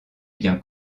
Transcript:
bien